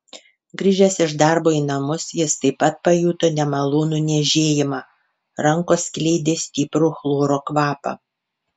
grįžęs iš darbo į namus jis taip pat pajuto nemalonų niežėjimą rankos skleidė stiprų chloro kvapą